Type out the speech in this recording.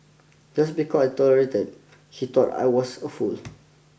just because I tolerated he thought I was a fool